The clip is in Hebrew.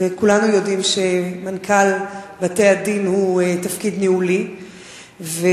זו לא חקירה נגדית, אבל,